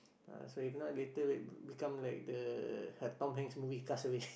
uh so if not later like become like the uh Tom-Hanks movie Cast Away